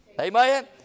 Amen